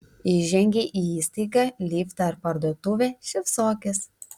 įžengei į įstaigą liftą ar parduotuvę šypsokis